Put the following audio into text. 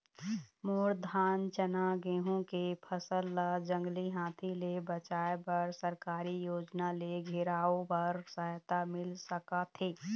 मोर धान चना गेहूं के फसल ला जंगली हाथी ले बचाए बर सरकारी योजना ले घेराओ बर सहायता मिल सका थे?